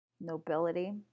Nobility